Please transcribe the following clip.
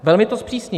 Velmi to zpřísnil.